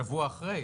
שבוע אחרי?